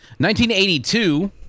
1982